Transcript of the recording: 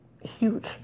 huge